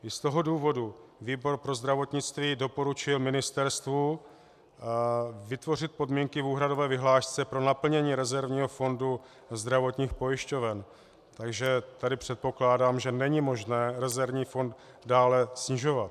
I z toho důvodu výbor pro zdravotnictví doporučuje ministerstvu vytvořit podmínky v úhradové vyhlášce pro naplnění rezervního fondu zdravotních pojišťoven, takže tady předpokládám, že není možné rezervní fond dále snižovat.